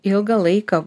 ilgą laiką